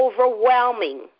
overwhelming